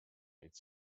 made